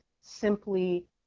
simply